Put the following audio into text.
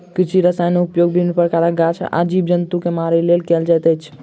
कृषि रसायनक उपयोग विभिन्न प्रकारक गाछ आ जीव जन्तु के मारय लेल कयल जाइत अछि